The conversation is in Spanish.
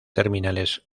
terminales